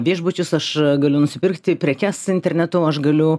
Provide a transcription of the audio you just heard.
viešbučius aš galiu nusipirkti prekes internetu aš galiu